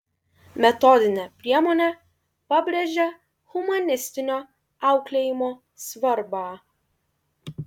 metodinė priemonė pabrėžia humanistinio auklėjimo svarbą